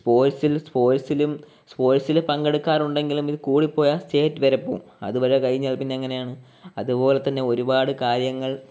സ്പോട്സിൽ സ്പോട്സിലും സ്പോട്സിൽ പങ്കെടുക്കാറുണ്ടെങ്കിലും ഇത് കൂടിപ്പോയാൽ സ്റ്റേറ്റ് വരെ പോകും അതു വരെ കഴിഞ്ഞ് പിന്നെങ്ങനെയാണ് അതുപോലെതന്നെ ഒരുപാടുകാര്യങ്ങൾ